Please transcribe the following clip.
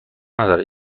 ندارد